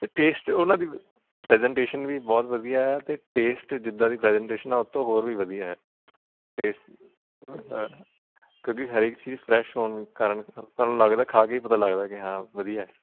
ਅਤੇ ਟੇਸਟ ਉਹਨਾਂ ਦੀ ਪ੍ਰੈਜੈਂਟੇਸ਼ਨ ਵੀ ਬਹੁਤ ਵਧੀਆ ਆ ਅਤੇ ਟੇਸਟ ਜਿੱਦਾਂ ਦੀ ਪ੍ਰੈਜੈਂਟੇਸ਼ਨ ਆ ਉਤੋਂ ਹੋਰ ਵੀ ਵਧੀਆ ਟੇਸਟ ਅ ਹਰੇਕ ਚੀਜ਼ ਫਰੈਸ਼ ਹੋਣ ਕਾਰਨ ਲੱਗਦਾ ਖਾ ਕੇ ਹੀ ਪਤਾ ਲੱਗਦਾ ਕਿ ਹਾਂ ਵਧੀਆ ਤੁਸੀਂ